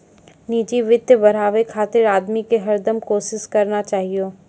निजी वित्त बढ़ाबे खातिर आदमी के हरदम कोसिस करना चाहियो